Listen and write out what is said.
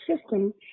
system